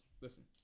Listen